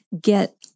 get